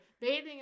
bathing